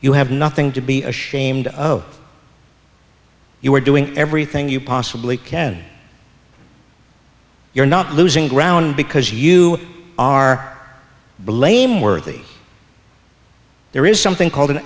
you have nothing to be ashamed of you are doing everything you possibly can you're not losing ground because you are blameworthy there is something called an